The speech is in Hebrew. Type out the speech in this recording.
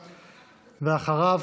ואחריו,